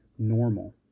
normal